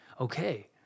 Okay